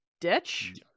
ditch